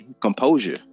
composure